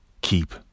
Keep